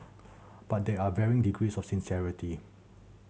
but there are varying degrees of sincerity